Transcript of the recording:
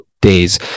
days